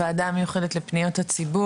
אני פותחת את ישיבת הוועדה המיוחדת לפניות הציבור,